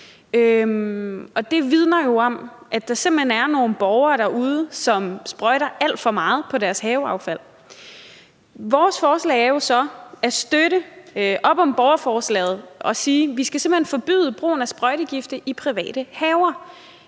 Det vidner om, at der simpelt hen er nogle borgere derude, som sprøjter alt for meget i deres have. Vores foreslag er jo så at støtte op om borgerforslaget og sige, at vi skal forbyde brugen af sprøjtegifte i private haver,